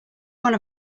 one